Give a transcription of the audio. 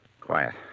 quiet